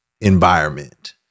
environment